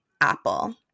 Apple